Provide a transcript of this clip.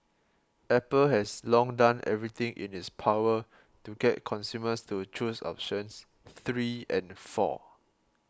Apple has long done everything in its power to get consumers to choose options three and four